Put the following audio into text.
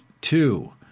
two